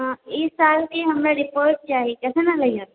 हँ ई साल के हमर रिपोर्ट चाही कइसन एलैय